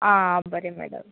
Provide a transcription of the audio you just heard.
आं बरें मॅडम